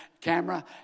camera